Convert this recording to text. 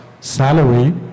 salary